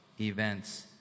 events